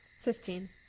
Fifteen